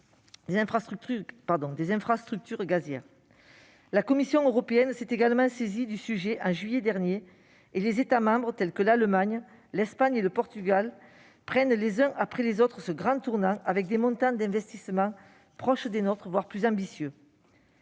La Commission européenne s'est également saisie du sujet en juillet dernier. Plusieurs États membres, tels que l'Allemagne, l'Espagne et le Portugal, prennent les uns après les autres ce grand tournant avec des montants d'investissements proches des nôtres, voire plus ambitieux.